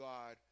God